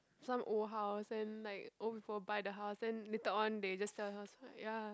some old house then like old people buy the house then later on they just sell the house like ya